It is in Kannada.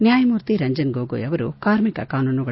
ನ್ನಾಯಮೂರ್ತಿ ರಂಜನ್ ಗೊಗೋಯ್ ಅವರು ಕಾರ್ಮಿಕ ಕಾನೂನುಗಳು